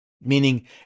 meaning